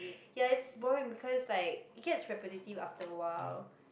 ya it's boring because like it gets repetitive after awhile